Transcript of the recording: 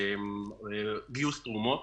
השני, גיוס תרומות,